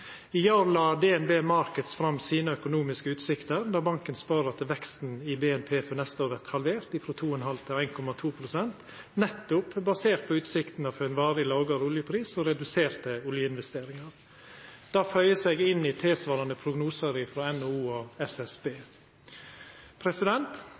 fram sine økonomiske utsikter, der banken spår at veksten i BNP for neste år vert halvert frå 2,5 pst. til 1,2 pst., nettopp basert på utsiktene til ein varig lågare oljepris og reduserte oljeinvesteringar. Det føyer seg inn i tilsvarande prognosar frå NHO og